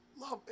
Love